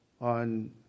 On